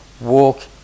walk